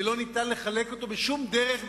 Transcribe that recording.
ולא ניתן לחלק אותו בשום דרך,